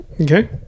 okay